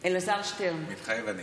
אלעזר שטרן, מתחייב אני